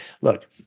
Look